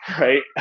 right